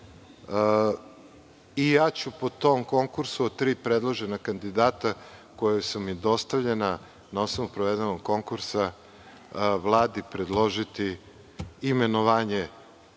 Po tom konkursu, od tri predložena kandidata koja su mi dostavljena na osnovu provedenog konkursa, Vladi predložiti imenovanje